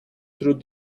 through